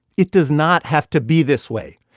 it does not have to be this way.